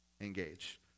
engage